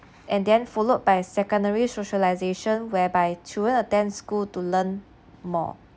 and then followed by secondary socialization whereby toward attend school to learn more